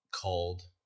called